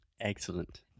Excellent